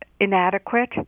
inadequate